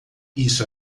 isso